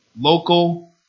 local